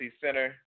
Center